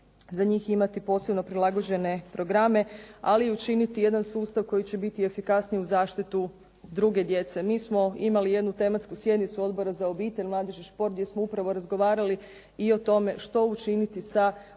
za njih imati posebno prilagođene programe, ali učiniti jedan sustav koji će biti efikasniji u zaštitu druge djece. Mi smo imali jednu tematsku sjednicu Odbora za obitelj, mladež i šport gdje smo upravo razgovarali i o tome što učiniti sa onom